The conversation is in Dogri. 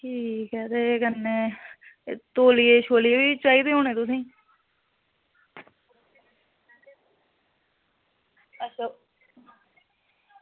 ठीक ऐ ते कन्नै एह् तौलिये शौलिये बी चाहिदे होने तुसेंगी